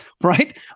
right